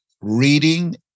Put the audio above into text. reading